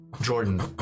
Jordan